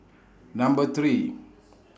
Number three